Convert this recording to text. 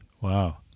Wow